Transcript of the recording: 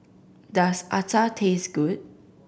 does acar taste good